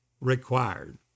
required